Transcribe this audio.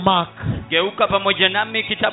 Mark